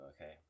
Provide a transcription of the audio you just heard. Okay